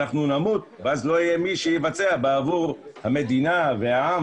אנחנו נמות ואז לא יהיה מי שיבצע עבור המדינה והעם